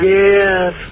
yes